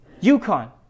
Yukon